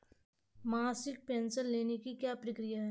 मासिक पेंशन लेने की क्या प्रक्रिया है?